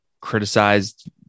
criticized